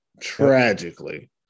tragically